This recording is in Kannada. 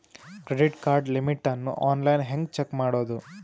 ಕ್ರೆಡಿಟ್ ಕಾರ್ಡ್ ಲಿಮಿಟ್ ಅನ್ನು ಆನ್ಲೈನ್ ಹೆಂಗ್ ಚೆಕ್ ಮಾಡೋದು?